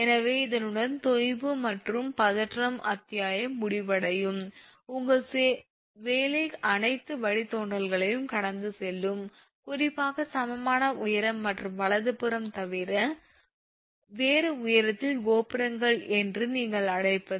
எனவே இதனுடன் தொய்வு மற்றும் பதற்றம் அத்தியாயம் முடிவடையும் உங்கள் வேலை அனைத்து வழித்தோன்றல்களையும் கடந்து செல்லும் குறிப்பாக சமமான உயரம் மற்றும் வலதுபுறம் தவிர வேறு உயரத்தில் கோபுரங்கள் என்று நீங்கள் அழைப்பது